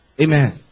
Amen